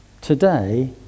Today